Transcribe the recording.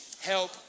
help